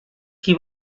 qui